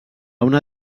una